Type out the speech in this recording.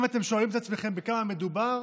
אם אתם שואלים את עצמכם בכמה מדובר,